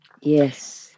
Yes